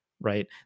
right